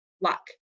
luck